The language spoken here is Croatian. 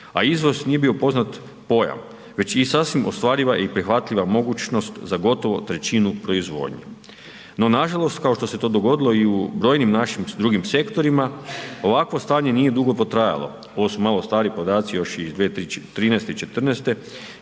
a izvoz nije bio poznat pojam već i sasvim ostvariva i prihvatljiva mogućnost za gotovo trećinu proizvodnje. No nažalost kao što ste to dogodilo i u brojnim našim drugim sektorima ovakvo stanje nije dugo potrajalo, ovo su malo stariji podaci još iz 2013., i '14.-te